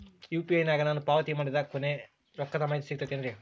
UPI ನಾಗ ನಾನು ಪಾವತಿ ಮಾಡಿದ ರೊಕ್ಕದ ಮಾಹಿತಿ ಸಿಗುತೈತೇನ್ರಿ?